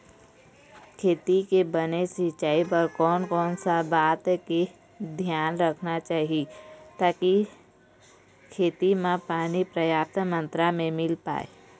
खेती के बने सिचाई बर कोन कौन सा बात के धियान रखना चाही ताकि खेती मा पानी पर्याप्त मात्रा मा मिल पाए?